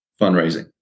fundraising